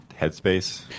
Headspace